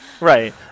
Right